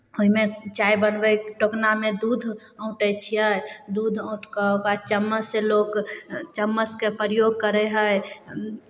ओहिमे चाय बनबै टोकनामे दूध ओँटै छियै दूध औँटि कऽ ओकरा चम्मचसँ लोक चम्मचके प्रयोग करैत हइ